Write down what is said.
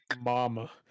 mama